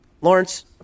Lawrence